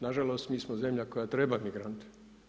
Nažalost mi smo zemlja koja treba migrante.